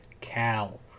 Cal